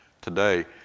today